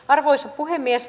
arvoisa puhemies